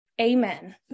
Amen